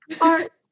art